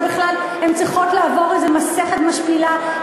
שהן צריכות לעבור מסכת משפילה,